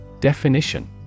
definition